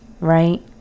right